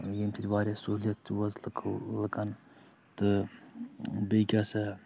ییٚمہِ سۭتۍ واریاہ سہوٗلیت وٲژ لُکَو لُکَن تہٕ بیٚیہِ کیاہ سا